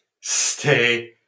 Stay